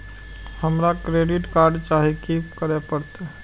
हमरा credit card चाही की करे परतै?